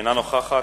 אינו נוכח.